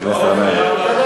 חבר הכנסת גנאים,